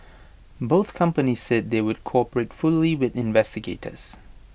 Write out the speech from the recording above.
both companies said they would cooperate fully with investigators